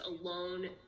alone